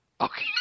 Okay